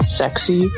sexy